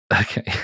Okay